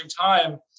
time